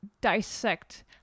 dissect